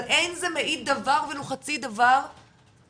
אבל אין זה מעיד דבר ולו חצי דבר על